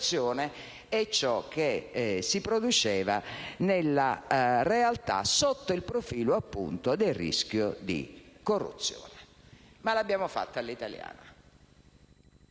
e ciò che si produceva nella realtà sotto il profilo, appunto, del rischio di corruzione. Ma l'abbiamo fatto all'italiana.